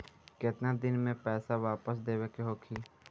केतना दिन में पैसा वापस देवे के होखी?